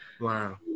Wow